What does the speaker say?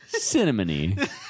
cinnamony